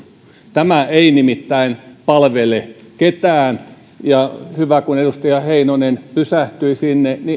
tämä ei nimittäin palvele ketään ja hyvä kun edustaja heinonen pysähtyi sinne